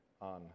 on